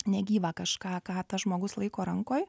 negyvą kažką ką tas žmogus laiko rankoj